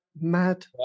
mad